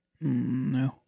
No